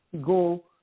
go